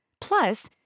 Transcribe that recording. Plus